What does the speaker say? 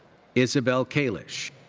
isabelle kalish.